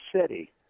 city